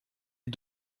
est